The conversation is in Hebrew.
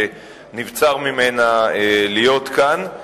שנבצר ממנה להיות כאן,